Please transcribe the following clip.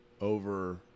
over